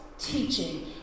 Teaching